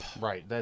Right